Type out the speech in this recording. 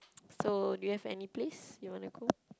so do you have any place you want to go